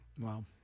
Wow